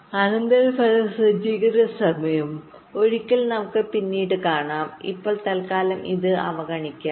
അനന്തരഫല സജ്ജീകരണ സമയംഒരിക്കൽ നമുക്ക് പിന്നീട് കാണാം ഇപ്പോൾ തൽക്കാലം ഇത് അവഗണിക്കാം